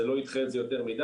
זה לא ידחה את זה יותר מידי,